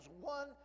One